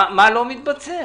מה לא מתבצע.